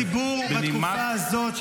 האם הציבור בתקופה הזו,